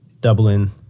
Dublin